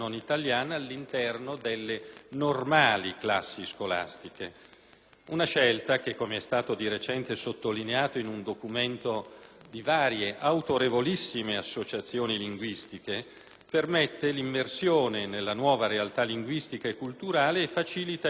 normali classi scolastiche. È una scelta che, come è stato di recente sottolineato in un documento di varie autorevolissime associazioni linguistiche, permette l'immersione nella nuova realtà linguistica e culturale e facilita il processo di acquisizione